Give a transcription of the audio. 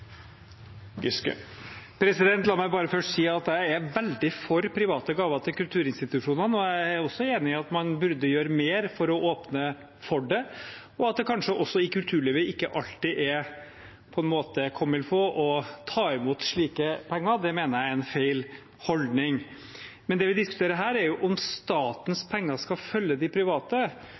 La meg bare først si at jeg er veldig for private gaver til kulturinstitusjonene. Jeg er også enig i at man burde gjøre mer for å åpne for det, og at det kanskje i kulturlivet ikke alltid er på en måte comme il faut å ta imot slike penger. Det mener jeg er en feil holdning. Men det vi diskuterer her, er om statens penger skal følge de private.